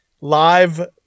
live